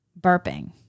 burping